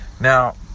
Now